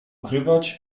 ukrywać